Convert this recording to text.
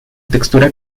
textura